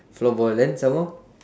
floorball then some more